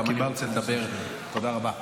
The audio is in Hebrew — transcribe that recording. אם אני שומע, אני שומע.